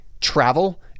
travel